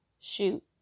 shoot